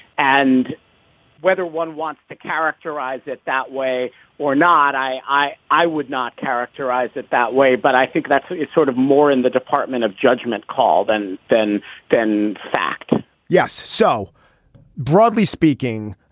and whether one wants to characterize it that way or not, i i i would not characterize it that way. but i think that's sort of more in the department of judgment call than than than fact yes. so broadly speaking,